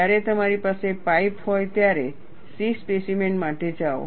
જ્યારે તમારી પાસે પાઇપ હોય ત્યારે C સ્પેસીમેન માટે જાઓ